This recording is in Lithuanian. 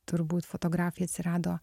turbūt fotografija atsirado